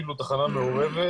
אפילו תחנה מעורבת